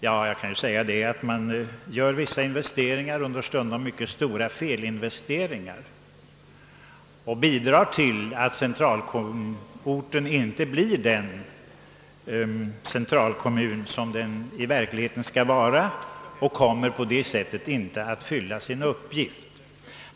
Jo, man företar vissa, ibland mycket stora, felinvesteringar, vilket inte bidrar till att centralorten fungerar som den centralkommun den i verkligheten skall vara. På det sättet fyller den inte heller sin uppgift.